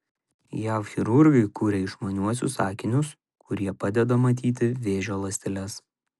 jav chirurgai kuria išmaniuosius akinius kurie padeda matyti vėžio ląsteles